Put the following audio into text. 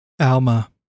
Alma